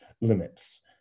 limits